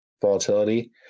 volatility